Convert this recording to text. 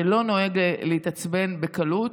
שלא נוהג להתעצבן בקלות,